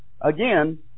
again